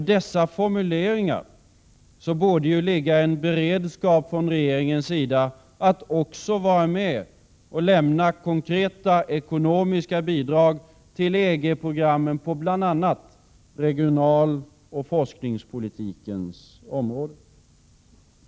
I dessa formuleringar borde ju ligga en beredskap från regeringens sida att också vara med och lämna konkreta ekonomiska bidrag till EG-programmen på bl.a. regionaloch forskningspolitikens områden.